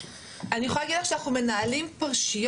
אני יכולה להגיד לך שאנחנו מנהלים פרשיות,